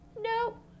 Nope